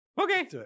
okay